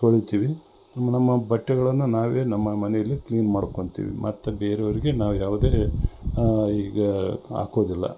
ತೊಳಿತಿವಿ ನಮ್ಮ ಬಟ್ಟೆಗಳನ್ನು ನಾವೇ ನಮ್ಮ ಮನೆಯಲ್ಲಿ ಕ್ಲೀನ್ ಮಾಡ್ಕೊತಿವಿ ಮತ್ತು ಬೇರೆ ಅವರಿಗೆ ನಾವು ಯಾವುದೇ ಈಗ ಹಾಕೋದಿಲ್ಲ